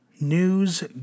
news